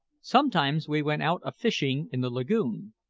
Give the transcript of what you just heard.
sometimes we went out a-fishing in the lagoon,